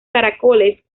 caracoles